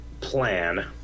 plan